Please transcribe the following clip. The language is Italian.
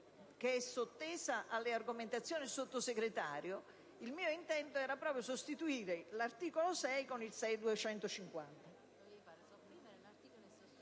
che è sottesa alle argomentazioni del Sottosegretario, il mio intento era proprio quello di sostituire l'articolo 6 con